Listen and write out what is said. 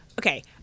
Okay